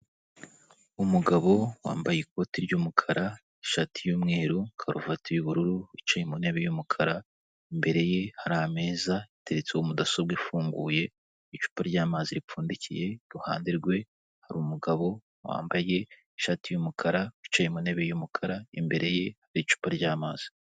Umugabo wambaye ikoti ry'umukara, ishati y'umweru, karuvati y'ubururu wicaye ku ntebe y'umukara. Imbere ye hari ameza ateretseho mudasobwa ifunguye, icupa ry'amazi ripfundikiye. Iruhande rwe hari umugabo wambaye ishati y'umukara wicaye mu ntebe y'umukara, imbere ye hari icupa ry'amazi.